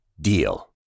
DEAL